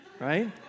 right